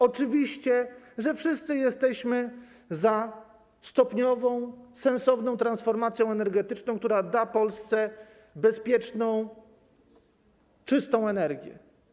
Oczywiście, że wszyscy jesteśmy za stopniową sensowną transformacją energetyczną, która da Polsce bezpieczną, czystą energię.